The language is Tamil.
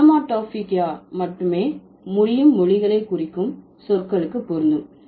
ஓனோமடோபாயிக்யா மட்டுமே முடியும் ஒலிகளை குறிக்கும் சொற்களுக்கு பொருந்தும்